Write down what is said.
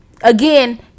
Again